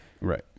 Right